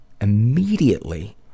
immediately